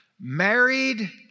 married